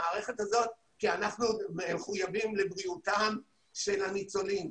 המערכת הזאת כי אנחנו מחויבים לבריאותם של הניצולים.